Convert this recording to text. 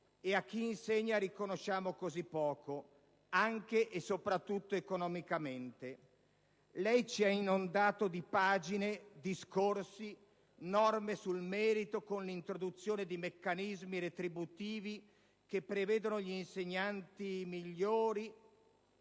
e a chi insegna riconosciamo così poco, anche e soprattutto economicamente. Lei ci ha inondato di pagine, discorsi, norme sul merito con l'introduzione di meccanismi retributivi che dovrebbero prevedere insegnanti migliori,